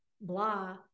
blah